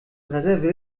brazzaville